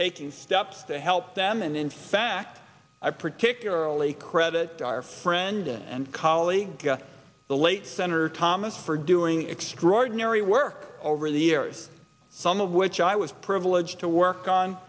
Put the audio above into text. taking steps to help them and in fact i particularly credit our friend and colleague the late senator thomas for doing extraordinary work over the years some of which i was privileged to work on